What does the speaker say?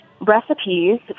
recipes